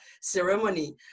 ceremony